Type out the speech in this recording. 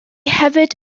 hefyd